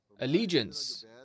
allegiance